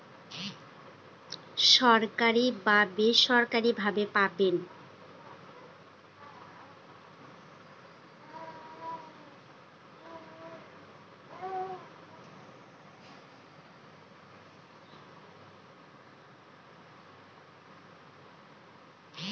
সরকারি বা বেসরকারি ভাবে পাবো